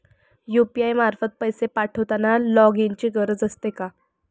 UPI मार्फत पैसे पाठवताना लॉगइनची गरज असते का?